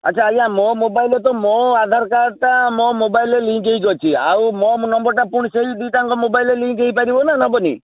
ଆଚ୍ଛା ଆଜ୍ଞା ମୋ ମୋବାଇଲ୍ରେ ତ ମୋ ଆଧାର କାର୍ଡ଼ଟା ମୋ ମୋବାଇଲ୍ରେ ଲିଙ୍କ୍ ହେଇକି ଅଛି ଆଉ ମୋ ନମ୍ବରଟା ପୁଣି ସେଇ ଦୁଇଟାଙ୍କ ମୋବାଇଲ୍ରେ ଲିଙ୍କ୍ ହେଇପାରିବ ନା ନେବନି